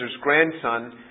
grandson